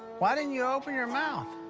why didn't you open your mouth?